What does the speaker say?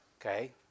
Okay